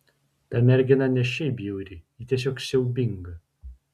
ta mergina ne šiaip bjauri ji tiesiog siaubinga